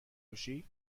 بکشی